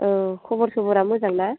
औ खबर सबरा मोजां ना